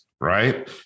right